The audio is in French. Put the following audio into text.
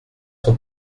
son